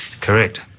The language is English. Correct